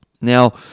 Now